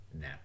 now